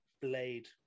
Blade